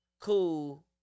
cool